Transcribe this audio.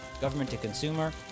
government-to-consumer